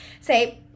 say